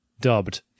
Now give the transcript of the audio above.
dubbed